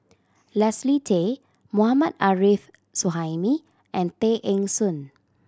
Leslie Tay Mohammad Arif Suhaimi and Tay Eng Soon